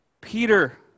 Peter